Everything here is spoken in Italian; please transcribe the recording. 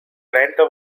trenta